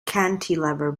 cantilever